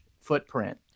footprint